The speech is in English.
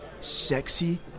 Sexy